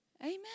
Amen